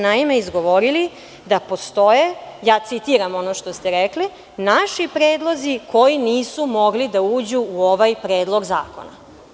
Naime, izgovorili ste da postoje, citiram ono što ste rekli, naši predlozi koji nisu mogli da uđu u ovaj Predlog zakona.